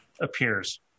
appears